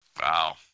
Wow